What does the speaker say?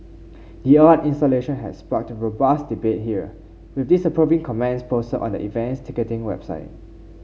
the art installation had sparked robust debate here with disapproving comments posted on the event's ticketing website